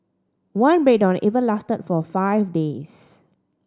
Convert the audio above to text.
one breakdown even lasted for five days